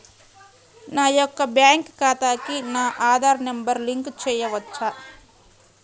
నా యొక్క బ్యాంక్ ఖాతాకి నా ఆధార్ నంబర్ లింక్ చేయవచ్చా?